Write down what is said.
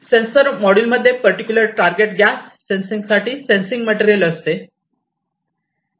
sensor module मध्ये particular target gas sensing साठी sensing material असते